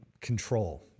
control